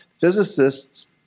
Physicists